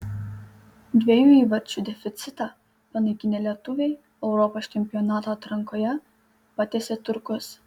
dviejų įvarčių deficitą panaikinę lietuviai europos čempionato atrankoje patiesė turkus